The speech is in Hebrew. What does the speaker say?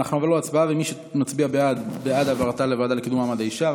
מי שמצביע בעד הוא בעד העברתה לוועדה לקידום מעמד האישה,